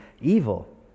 evil